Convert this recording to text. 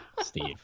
steve